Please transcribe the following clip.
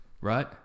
Right